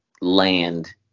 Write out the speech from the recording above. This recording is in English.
land